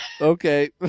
Okay